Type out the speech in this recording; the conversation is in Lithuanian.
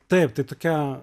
taip tokia